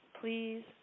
please